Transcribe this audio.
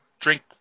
drink